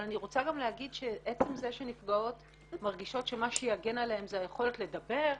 אבל עצם זה שנפגעות מרגישות שמה שיגן עליהן זה היכולת לדבר,